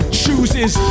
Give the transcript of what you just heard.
chooses